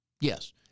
Yes